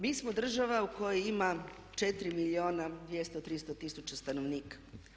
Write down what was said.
Mi smo država u kojoj ima 4 milijuna i 200, 300 tisuća stanovnika.